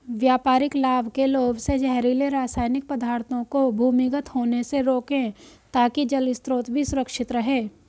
व्यापारिक लाभ के लोभ से जहरीले रासायनिक पदार्थों को भूमिगत होने से रोकें ताकि जल स्रोत भी सुरक्षित रहे